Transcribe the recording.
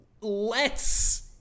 lets